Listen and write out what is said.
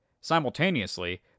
Simultaneously